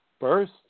first